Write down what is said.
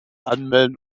anmelden